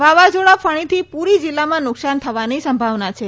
વાવાઝોડા ફણીથી પુરી જિલ્લામાં નુકશાન થવાની સંભાવના છે